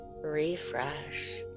refresh